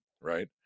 right